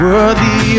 Worthy